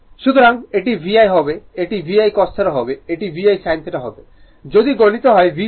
সুতরাং এটি VI হবে এটি VI cos θ হবে এটি VI sin θ হবে যদি গুণিত হয় V দ্বারা